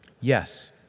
Yes